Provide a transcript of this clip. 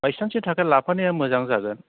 बायसानसनि थाखाय लाफानाया मोजां जागोन